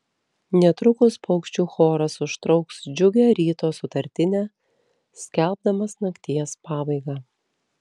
netrukus paukščių choras užtrauks džiugią ryto sutartinę skelbdamas nakties pabaigą